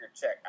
check